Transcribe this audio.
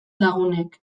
lagunek